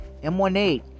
M18